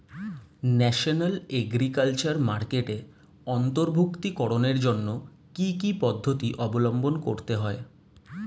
National agriculture মার্কেটে অন্তর্ভুক্তিকরণের জন্য কি কি পদ্ধতি অবলম্বন করতে হয়?